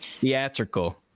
theatrical